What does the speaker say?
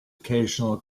occasional